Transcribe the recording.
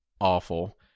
awful